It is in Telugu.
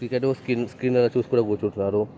క్రికెట్ స్క్రీన్ స్క్రీన్ మీద చూసుకుని కూర్చుంటున్నారు